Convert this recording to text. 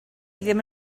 ddim